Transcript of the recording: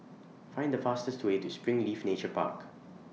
Find The fastest Way to Springleaf Nature Park